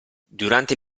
durante